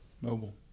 Mobile